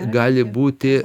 gali būti